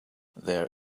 there